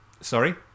Sorry